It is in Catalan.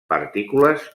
partícules